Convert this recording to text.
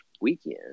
weekend